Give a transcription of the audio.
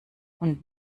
und